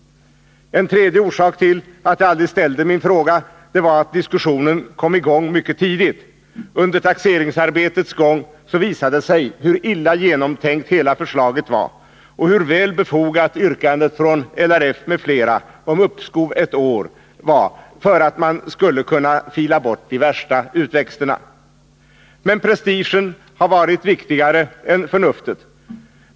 För det tredje kom diskussionen i gång mycket tidigt. Under taxeringsarbetets gång visade det sig hur illa genomtänkt hela förslaget var och hur väl befogat yrkandet från LRF m.fl. om uppskov ett år för att kunna fila bort de värsta utväxterna var. Men prestigen har varit viktigare än förnuftet.